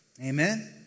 Amen